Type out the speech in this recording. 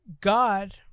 God